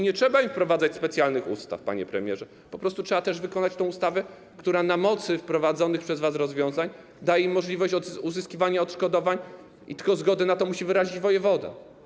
Nie trzeba im wprowadzać, uchwalać specjalnych ustaw, panie premierze, po prostu trzeba wykonać ustawę, która na mocy wprowadzonych przez was rozwiązań, daje im możliwość uzyskiwania odszkodowań, tylko zgodę na to musi wyrazić wojewoda.